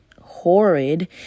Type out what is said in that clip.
horrid